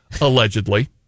allegedly